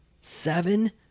Seven